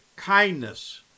kindness